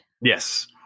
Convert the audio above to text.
Yes